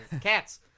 Cats